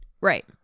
Right